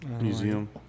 Museum